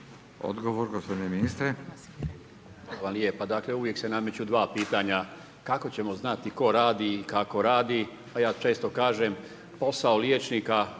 Odgovor, gospodine ministre.